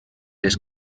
les